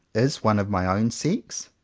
is one of my own sex?